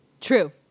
True